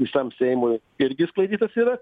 visam seimui irgi išsklaidytas yra